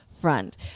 front